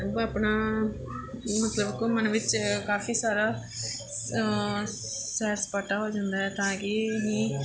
ਆਪਣਾ ਮਤਲਬ ਘੁੰਮਣ ਵਿੱਚ ਕਾਫੀ ਸਾਰਾ ਸੈਰ ਸਪਾਟਾ ਹੋ ਜਾਂਦਾ ਤਾਂ ਕਿ ਅਸੀਂ